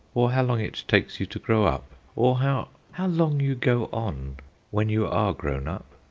or how long it takes you to grow up, or how how long you go on when you are grown up!